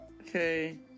Okay